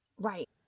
Right